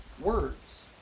words